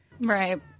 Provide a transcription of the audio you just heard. right